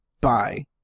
bye